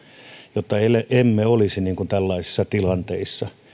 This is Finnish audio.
jotta emme olisi tällaisissa tilanteissa